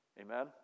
Amen